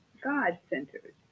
God-centered